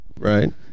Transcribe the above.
Right